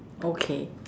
okay